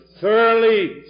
thoroughly